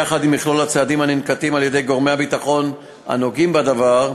יחד עם מכלול הצעדים הננקטים על-ידי גורמי הביטחון הנוגעים בדבר,